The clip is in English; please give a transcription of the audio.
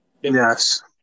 yes